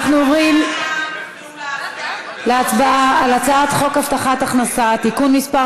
אנחנו עוברים להצבעה על הצעת חוק הבטחת הכנסה (תיקון מס'